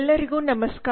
ಎಲ್ಲರಿಗೂ ನಮಸ್ಕಾರ